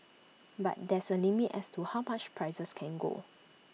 but there's A limit as to how much prices can go